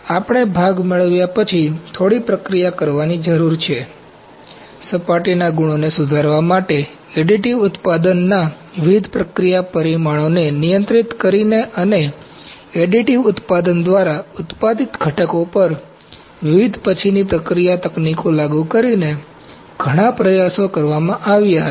તેથી આપણે ભાગ મેળવ્યા પછી થોડી પ્રક્રિયા કરવાની જરૂર છે સપાટીના ગુણોને સુધારવા માટે એડિટિવ ઉત્પાદનના વિવિધ પ્રક્રિયા પરિમાણોને નિયંત્રિત કરીને અને એડિટિવ ઉત્પાદન દ્વારા ઉત્પાદિત ઘટકો પર વિવિધ પછીની પ્રક્રિયા તકનીકો લાગુ કરીને ઘણા પ્રયાસો કરવામાં આવ્યા હતા